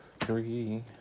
three